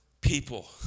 people